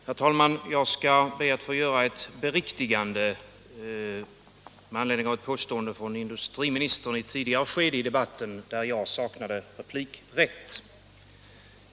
Herr talman! Jag skall be att få göra ett beriktigande med anledning av ett påstående från industriministern i ett tidigare skede av debatten, då jag saknade replikrätt.